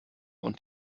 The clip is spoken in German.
und